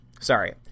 Sorry